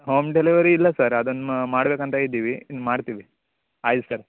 home delivery ಇಲ್ಲ sir ಅದನ್ನು ಮಾಡ್ಬೇಕು ಅಂತ ಇದ್ದೀವಿ ಇನ್ನು ಮಾಡ್ತೀವಿ ಆಯ್ತು ಸರ್